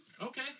Okay